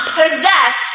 possess